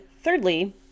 thirdly